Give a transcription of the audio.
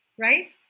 Right